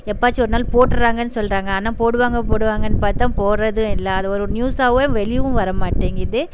எப்போவாச்சும் ஒரு நாள் போட்டுகிறாங்கன்னு சொல்கிறாங்க ஆனால் போடுவாங்க போடுவாங்கனு பார்த்தா போடுகிறதும் இல்லை அது ஒரு நியூஸாகவே வெளியேவும் வர மாட்டேங்குது